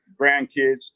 grandkids